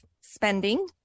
spending